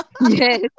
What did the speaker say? Yes